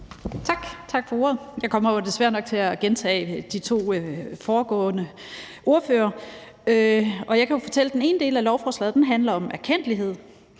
Tak for ordet. Jeg kommer jo desværre nok til at gentage de to foregående ordførere. Jeg kan fortælle, at den ene del af lovforslaget handler om erkendtlighed,